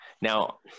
Now